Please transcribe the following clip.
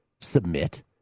submit